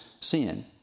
sin